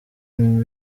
rnb